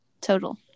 total